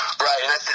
Right